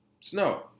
Snow